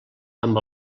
amb